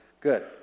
good